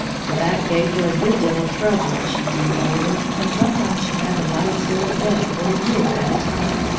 the back gave her a good deal of trouble as she grew older, and sometimes she had to lie still in bed for a year at a time.